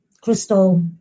crystal